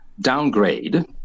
downgrade